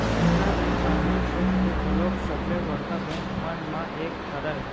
Canara bank सार्वजनिक छेत्र के घलोक सबले बड़का बेंक मन म एक हरय